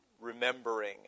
remembering